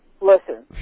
listen